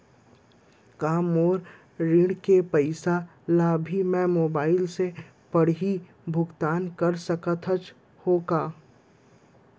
का मोर ऋण के पइसा ल भी मैं मोबाइल से पड़ही भुगतान कर सकत हो का?